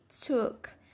took